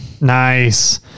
Nice